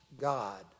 God